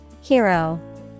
Hero